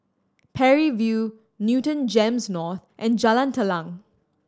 Parry View Newton GEMS North and Jalan Telang